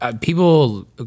people